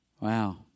Wow